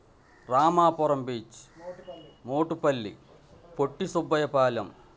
Ramapuram beach Motupalli Potti Subbaiah Palem